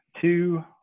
two